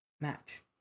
match